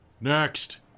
Next